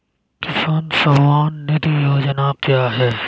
किसान सम्मान निधि योजना क्या है?